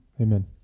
Amen